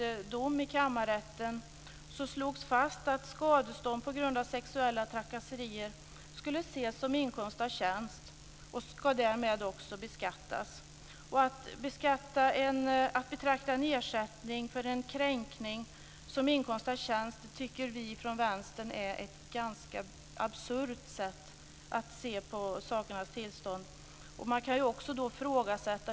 För att sammanfatta vill jag säga att min tidigare argumentation illustrerar hur viktigt det är att det svenska skattetrycket ses över ur ett helhetsperspektiv och att långsiktiga lösningar vidtas så att löntagarnas skattbelastning minskar. Översynen behöver göras snarast.